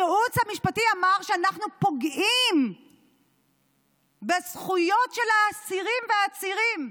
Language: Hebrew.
הייעוץ המשפטי אמר שאנחנו פוגעים בזכויות של האסירים והעצירים.